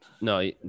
No